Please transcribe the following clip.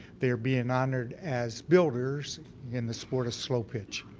they're being honored as builders in the sport of slo-pitch.